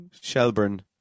Shelburne